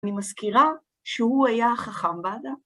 אני מזכירה שהוא היה החכם באדם.